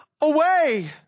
away